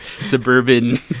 suburban